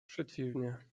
przeciwnie